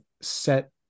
set